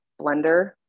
blender